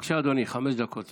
בבקשה, אדוני, חמש דקות לרשותך.